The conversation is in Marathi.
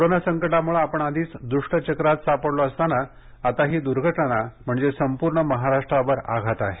कोरोना संकटामुळे आपण आधीच द्ष्टचक्रात सापडलो असताना आता ही दुर्घटना म्हणजे संपूर्ण महाराष्ट्रावर आघात आहे